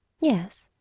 yes,